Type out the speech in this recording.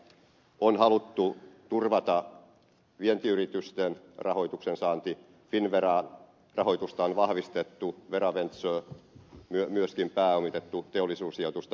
on haluttu turvata vientiyritysten rahoituksensaanti finnvera rahoitusta on vahvistettu veraventurea myöskin pääomitettu teollisuussijoitusta